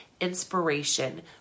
inspiration